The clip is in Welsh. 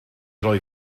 rhoi